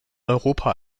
europa